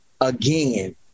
again